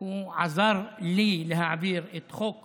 הוא עזר לי להעביר את חוק